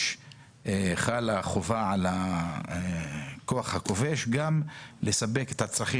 חלה החובה על הכוח הכובש גם לספק את הצרכים